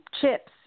chips